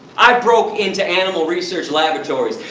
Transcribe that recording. i broke into animal research laboratories.